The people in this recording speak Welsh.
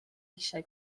eisiau